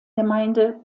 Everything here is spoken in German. gemeinde